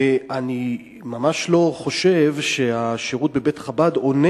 ואני ממש לא חושב שהשירות בבית-חב"ד עונה